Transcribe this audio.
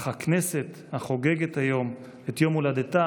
אך הכנסת החוגגת היום את יום הולדתה